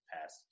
past